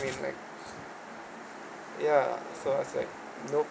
mean like ya so I said nope